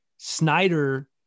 Snyder